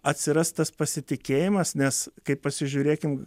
atsiras tas pasitikėjimas nes kai pasižiūrėkim